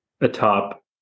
atop